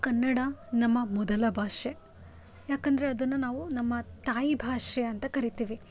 ಕನ್ನಡ ನಮ್ಮ ಮೊದಲ ಭಾಷೆ ಯಾಕಂದರೆ ಅದನ್ನು ನಾವು ನಮ್ಮ ತಾಯಿಭಾಷೆ ಅಂತ ಕರೀತೀವಿ